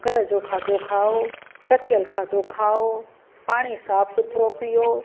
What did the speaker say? घर जो खाधो खाओ ढकियल खाधो खाओ पाणी साफ़ु सुथिरो पियो